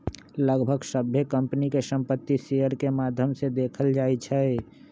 लगभग सभ्भे कम्पनी के संपत्ति शेयर के माद्धम से देखल जाई छई